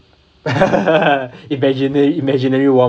imaginary imaginary warmth